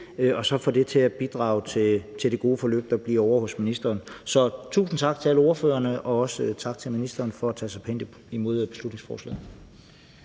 og så få det til at bidrage til det gode forløb, der bliver ovre hos ministeren. Så tusind tak til alle ordførerne, og også tak til ministeren for at tage så pænt imod beslutningsforslaget.